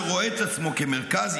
שרואה את עצמו כמרכז,